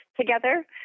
together